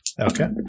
Okay